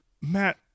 Matt